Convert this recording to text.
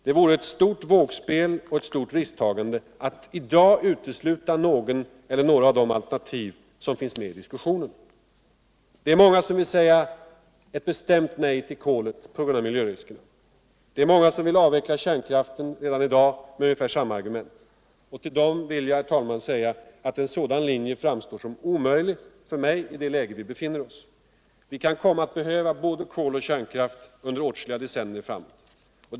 Det vore ett stort vågspel och ct stort risktagande att i dag utesluta något eller några av de alternativ som finns med i diskussionen. Det är många som vill säga ett bestämt nej till kolet på grund av bl.a. miliöriskerna. Det är många som vill utveckla kärnkraften redan i dag med ungefär samma aårgument. Till dem vill jag, herr talman, säga att en sådan linje framstår som omöjlig för mig i det läge vi befinner oss. Vi kan komma att behöva både kol och kärnkraft under åtskilliga decennier framåt.